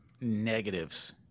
negatives